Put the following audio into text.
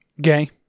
Gay